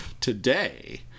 today